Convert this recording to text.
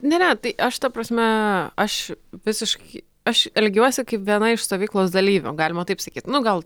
ne ne tai aš ta prasme aš visiškai aš elgiuosi kaip viena iš stovyklos dalyvių galima taip sakyt nu gal